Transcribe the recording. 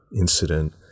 incident